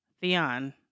Theon